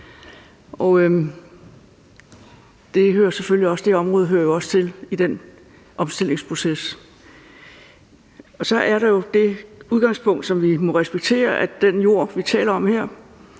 det område hører selvfølgelig også til i den omstillingsproces. Så er der jo det udgangspunkt, som vi må respektere, nemlig at den jord, vi taler om her,